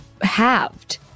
halved